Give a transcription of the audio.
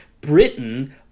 Britain